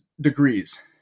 degrees